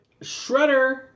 Shredder